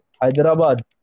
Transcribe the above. Hyderabad